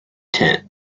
tent